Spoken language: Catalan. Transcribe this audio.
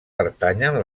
pertanyen